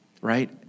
right